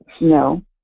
No